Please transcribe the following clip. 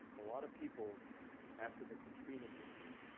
a lot of people after the katrina incident,